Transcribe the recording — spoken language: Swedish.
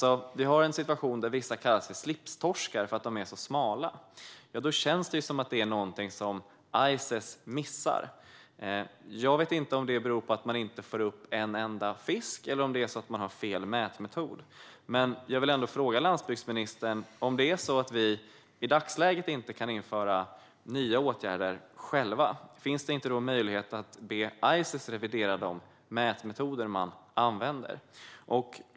Men om alla är i så dåligt skick - vissa kallas för slipstorskar, eftersom de är så smala - känns det som att Ices missar någonting. Jag vet inte om det beror på att man inte får upp en enda fisk, eller om man har fel mätmetod. Jag vill fråga landsbygdsministern: Om vi i dagsläget inte kan vidta nya åtgärder själva finns det då möjlighet att be Ices revidera de mätmetoder de använder?